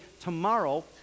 tomorrow